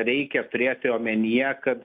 reikia turėti omenyje kad